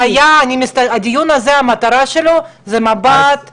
המטרה של הדיון הזה היא לתת מבט מלמעלה.